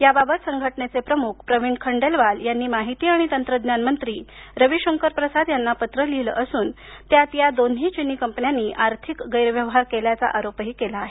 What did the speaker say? याबाबत संघटनेचे प्रमुख प्रवीण खंडेलवाल यांनी माहिती आणि तंत्रज्ञान मंत्री रवी शंकर प्रसाद यांना पत्र लिहीलं असून त्यात या दोन्ही चीनी कंपन्यानी आर्थिक गैरव्यवहार केल्याचा आरोप केला आहे